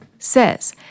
says